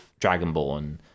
dragonborn